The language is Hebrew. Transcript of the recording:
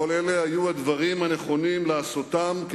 כל אלה היו הדברים הנכונים לעשותם,